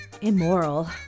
Immoral